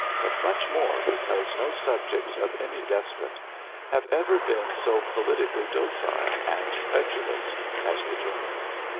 but much more because no subjects of any despot have ever been so politically docile and credulous as the germans.